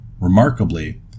Remarkably